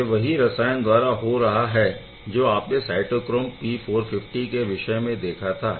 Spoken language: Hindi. यह वही रसायन द्वारा हो रहा है जो आपने साइटोक्रोम P450 के विषय में देखा था